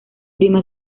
prima